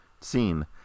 scene